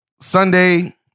Sunday